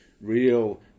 real